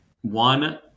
one